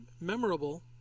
memorable